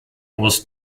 was